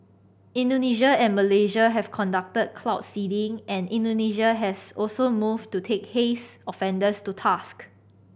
Indonesia and Malaysia have conducted cloud seeding and Indonesia has also moved to take haze offenders to task